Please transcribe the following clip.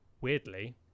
weirdly